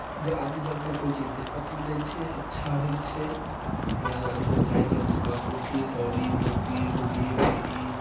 जे आदमीसभके कोइ चीजके दिक्कत नहि दै छै अच्छा होइ छै इएह लए आदमीसभ चाहै छै हम सुबहकेँ उठी दौड़ी धूपी घूमी फिरी